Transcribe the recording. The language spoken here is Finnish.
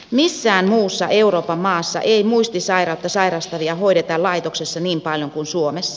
missään muussa euroopan maassa ei muistisairautta sairastavia hoideta laitoksissa niin paljon kuin suomessa